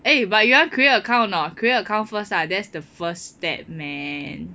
eh but you want create account or not create account first lah that's the first step man